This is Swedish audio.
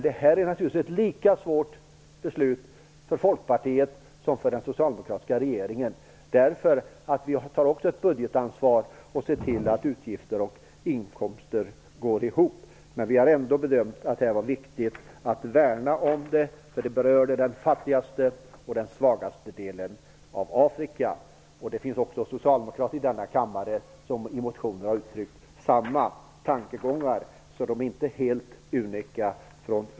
Det här är naturligtvis ett lika svårt beslut för Folkpartiet som för den socialdemokratiska regeringen. Vi tar också ett budgetansvar och ser till att utgifter och inkomster går ihop, men vi har ändå bedömt att det var viktigt att värna om ambassaden i Kinshasa - ställningstagandet berör den fattigaste och svagaste delen av Afrika. Det finns socialdemokrater i denna kammare som har uttryckt samma tankegångar, så de är inte unika.